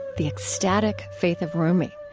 the ecstatic faith of rumi.